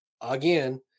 again